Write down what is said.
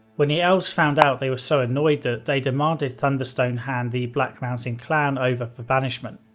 when the elves found out, they were so annoyed that they demanded thunderstone hand the black mountain clan over for banishment.